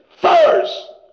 first